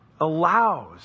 allows